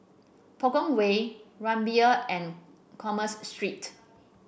Punggol Way Rumbia and Commerce Street